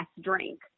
drink